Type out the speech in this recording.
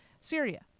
Syria